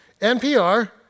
NPR